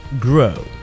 grow